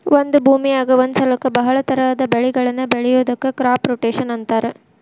ಒಂದ ಭೂಮಿಯಾಗ ಒಂದ ಸಲಕ್ಕ ಬಹಳ ತರಹದ ಬೆಳಿಗಳನ್ನ ಬೆಳಿಯೋದಕ್ಕ ಕ್ರಾಪ್ ರೊಟೇಷನ್ ಅಂತಾರ